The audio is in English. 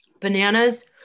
bananas